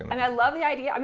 and i love the idea.